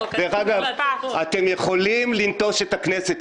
דרך אגב, אתם יכולים לנטוש את הכנסת.